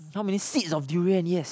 how many seeds of durian yes